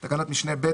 (1) בתקנת משנה (ב),